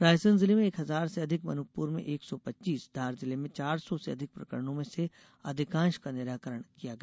रायसेन जिले में एक हजार से अधिक अनूपपुर में एक सौ पच्चीस धार जिले में चार सौ से अधिक प्रकरणों में से अधिकांश का निराकरण किया गया